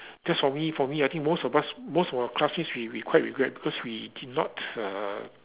cause for me for me I think most of us most of our classmates we we quite regret because we did not uh